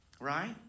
Right